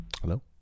Hello